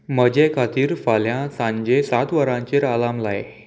म्हजे खातीर फाल्यां सांजे सात वरांचेर आलार्म लाय